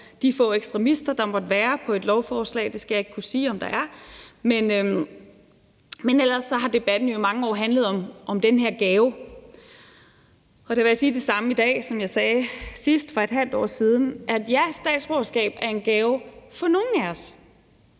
de få ekstremister, der måtte være på et lovforslag. Det skal jeg ikke kunne sige om der er. Men ellers har debatten jo i mange år handlet om denne her gave. Og der vil jeg sige det samme i dag, som jeg sagde sidst for et halvt år siden: Ja, statsborgerskab er en gave for nogle af os.